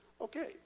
Okay